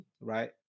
right